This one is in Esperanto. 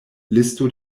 listo